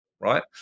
Right